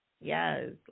Yes